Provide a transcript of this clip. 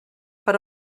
per